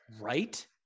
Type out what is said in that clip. right